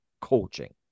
coaching